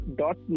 dot